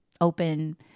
open